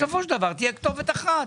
בסופו של דבר תהיה כתובת אחת.